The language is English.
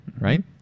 right